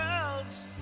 worlds